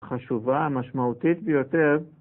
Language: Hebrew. חשובה, משמעותית ביותר